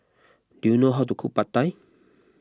do you know how to cook Pad Thai